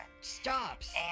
stops